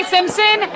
Simpson